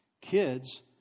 Kids